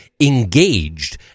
engaged